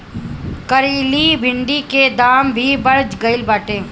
करइली भिन्डी के दाम भी चढ़ गईल बाटे